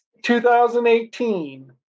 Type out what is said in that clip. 2018